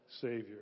Savior